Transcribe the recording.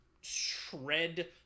shred